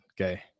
okay